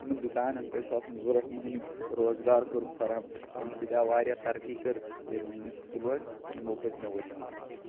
یِمَن دُکانَن پٮ۪ٹھ چھِ آسان ضروٗرت مٔہنِو روزگار کوٚرُکھ فَراہَم امہِ سۭتۍ آو واریاہ ترقی کٔر ییٚم پُلوٲم یِمو پٔتۍ میو ؤرۍ یو منٛز